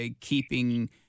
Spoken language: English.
keeping